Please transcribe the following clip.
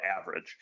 average